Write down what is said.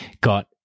got